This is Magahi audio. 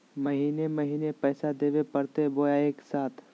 महीने महीने पैसा देवे परते बोया एके साथ?